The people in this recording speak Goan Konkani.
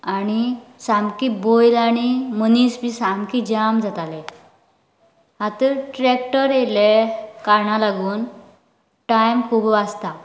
आनी सामके बैल आनी मनीस बी सामकी जाम जाताले आतां ट्रेक्टर येल्ले कारणाक लागून टायम खूब वाचता